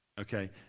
Okay